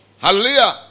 Hallelujah